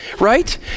Right